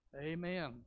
Amen